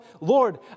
Lord